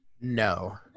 No